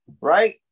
Right